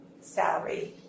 salary